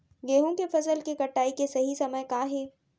गेहूँ के फसल के कटाई के सही समय का हे?